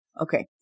Okay